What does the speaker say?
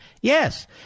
yes